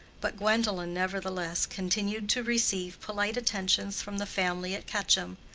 but gwendolen, nevertheless, continued to receive polite attentions from the family at quetcham,